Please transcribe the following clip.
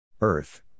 Earth